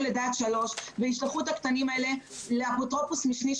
לידה עד שלוש וישלחו את הקטנים האלה לאפוטרופוס משני,